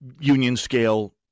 union-scale